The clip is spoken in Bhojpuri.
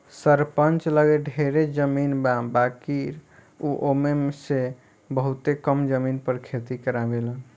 सरपंच लगे ढेरे जमीन बा बाकिर उ ओमे में से बहुते कम जमीन पर खेती करावेलन